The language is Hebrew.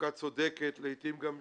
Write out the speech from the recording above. חלוקה צודקת, לעתים גם שוויונית.